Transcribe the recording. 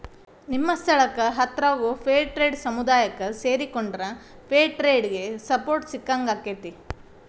ನಿಮ್ಮ ಸ್ಥಳಕ್ಕ ಹತ್ರಾಗೋ ಫೇರ್ಟ್ರೇಡ್ ಸಮುದಾಯಕ್ಕ ಸೇರಿಕೊಂಡ್ರ ಫೇರ್ ಟ್ರೇಡಿಗೆ ಸಪೋರ್ಟ್ ಸಿಕ್ಕಂಗಾಕ್ಕೆತಿ